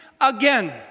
again